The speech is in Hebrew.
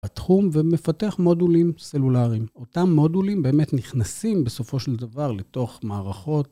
בתחום, ומפתח מודולים סלולריים. אותם מודולים באמת נכנסים בסופו של דבר לתוך מערכות